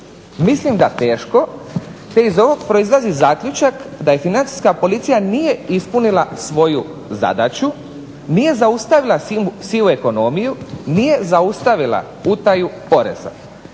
Mislim da teško, te iz ovog proizlazi zaključak da je Financijska policija nije ispunila svoju zadaću, nije zaustavila sivu ekonomiju, nije zaustavila utaju poreza.